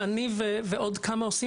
שאני ועוד כמה עושים,